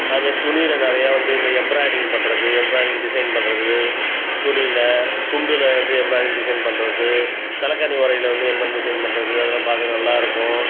அதுமாரி துணியில் நிறையா வந்து இந்த எம்ராயிடிங் பண்ணுறது எம்ராயிடிங் டிசைன் பண்ணுறது துணியில் துண்டுல வந்து எம்ராயிடிங் டிசைன் பண்ணுறது தலைகாணி உறையில வந்து எம்ராயிடிங் டிசைன் பண்ணுறது அதெலாம் பார்க்க நல்லாருக்கும்